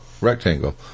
Rectangle